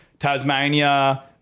Tasmania